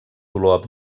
dolor